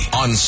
on